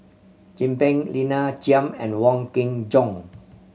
Chin Peng Lina Chiam and Wong Kin Jong